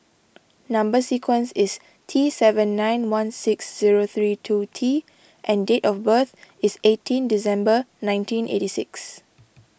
Number Sequence is T seven nine one six zero three two T and date of birth is eighteen December nineteen eighty six